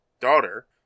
daughter